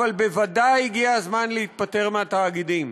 אבל בוודאי הגיע הזמן להתפטר מהתאגידים.